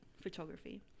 photography